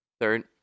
third